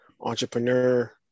entrepreneur